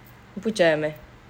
你不觉得 meh